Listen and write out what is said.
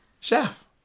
Chef